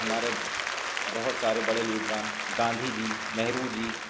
ہمارے بہت سارے بڑے لیڈران گاندھی جی نہرو جی